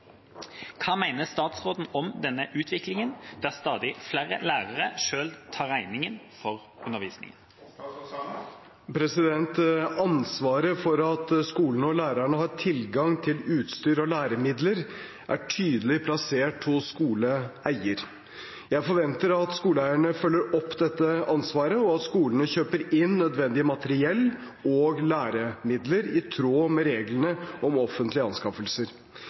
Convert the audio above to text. Hva mener statsråden om denne utviklingen, der stadig flere lærere selv tar regningen for undervisningen?» Ansvaret for at skolene og lærerne har tilgang til utstyr og læremidler, er tydelig plassert hos skoleeier. Jeg forventer at skoleeierne følger opp dette ansvaret, og at skolene kjøper inn nødvendig materiell og læremidler i tråd med reglene om offentlige anskaffelser.